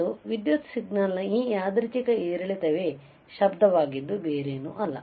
ಮತ್ತು ವಿದ್ಯುತ್ ಸಿಗ್ನಲ್ನ ಈ ಯಾದೃಚ್ಛಿಕ ಏರಿಳಿತವೇ ಶಬ್ದವಾಗಿದ್ದು ಬೇರೇನೂ ಅಲ್ಲ